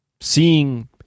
seeing